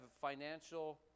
financial